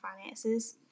finances